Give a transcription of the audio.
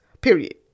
period